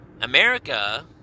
America